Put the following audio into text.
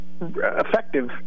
Effective